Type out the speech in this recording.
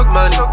money